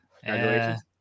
Congratulations